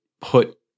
put